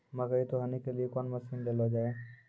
मकई तो हनी के लिए कौन मसीन ले लो जाए?